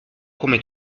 come